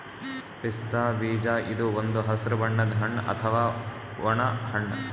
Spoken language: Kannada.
ಪಿಸ್ತಾ ಬೀಜ ಇದು ಒಂದ್ ಹಸ್ರ್ ಬಣ್ಣದ್ ಹಣ್ಣ್ ಅಥವಾ ಒಣ ಹಣ್ಣ್